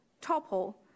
topple